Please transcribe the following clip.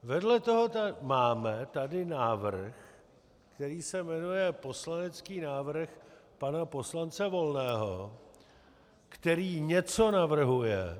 Vedle toho tady máme návrh, který se jmenuje poslanecký návrh pana poslance Volného, který něco navrhuje...